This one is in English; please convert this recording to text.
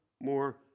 more